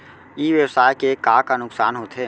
ई व्यवसाय के का का नुक़सान होथे?